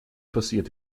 passiert